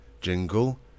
jingle